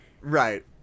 Right